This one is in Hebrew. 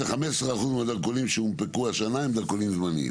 15% מהדרכונים שהונפקו השנה הם דרכונים זמניים.